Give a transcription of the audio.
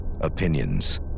opinions